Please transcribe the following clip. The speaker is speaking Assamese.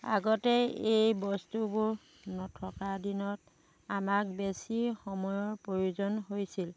আগতেই এই বস্তুবোৰ নথকা দিনত আমাক বেছি সময়ৰ প্ৰয়োজন হৈছিল